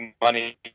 money